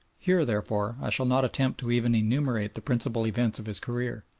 here, therefore, i shall not attempt to even enumerate the principal events of his career,